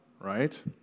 right